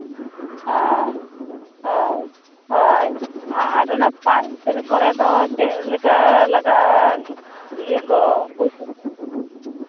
ᱦᱳᱭ ᱦᱳᱭ ᱦᱳᱭ ᱟᱨ ᱚᱱᱟ ᱯᱟᱨᱠ ᱠᱚᱨᱮ ᱫᱚ ᱪᱮᱫ ᱞᱮᱠᱟ ᱞᱟᱜᱟᱜᱼᱟ ᱤᱭᱟᱹ ᱠᱚ ᱯᱩᱭᱥᱟᱹ ᱠᱚ